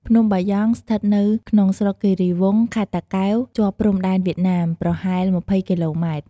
ភ្នំបាយ៉ងស្ថិតនៅក្នុងស្រុកគិរីវង់ ខេត្តតាកែវ ជាប់ព្រំដែនវៀតណាមប្រហែល ២០គីឡូម៉ែត្រ។